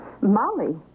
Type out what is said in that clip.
Molly